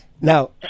Now